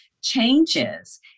changes